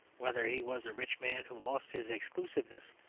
whether he was a rich man who lost his exclusiveness,